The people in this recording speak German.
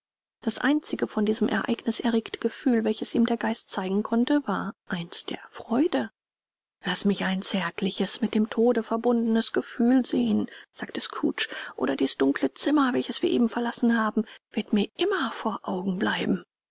das einzige von diesem ereignis erregte gefühl welches ihm der geist zeigen konnte war eins der freude laß mich ein zärtliches mit dem tode verbundenes gefühl sehen sagte scrooge oder dies dunkle zimmer welches wir eben verlassen haben wird mir immer vor augen bleiben